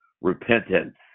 Repentance